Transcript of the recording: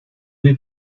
muy